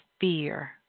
fear